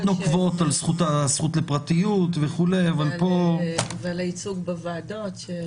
נוקבות על הזכות לפרטיות וכולי אבל פה -- ולייצוג בוועדות...